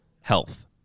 health